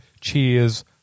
cheers